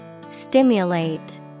Stimulate